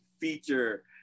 feature